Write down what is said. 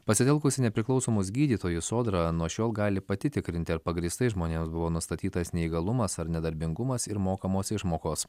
pasitelkusi nepriklausomus gydytojus sodra nuo šiol gali pati tikrinti ar pagrįstai žmonėms buvo nustatytas neįgalumas ar nedarbingumas ir mokamos išmokos